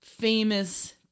famous